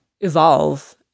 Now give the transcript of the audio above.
evolve